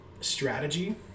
strategy